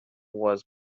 was